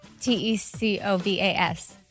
T-e-c-o-v-a-s